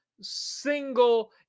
single